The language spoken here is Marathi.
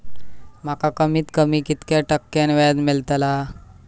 माका कमीत कमी कितक्या टक्क्यान व्याज मेलतला?